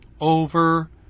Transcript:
over